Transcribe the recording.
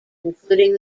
including